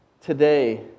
today